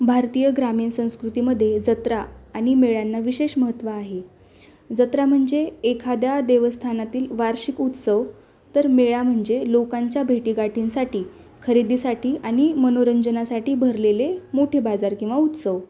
भारतीय ग्रामीण संस्कृतीमध्ये जत्रा आणि मेळ्यांना विशेष महत्त्व आहे जत्रा म्हणजे एखाद्या देवस्थानातील वार्षिक उत्सव तर मेळा म्हणजे लोकांच्या भेटीगाठींसाठी खरेदीसाठी आणि मनोरंजनासाठी भरलेले मोठे बाजार किंवा उत्सव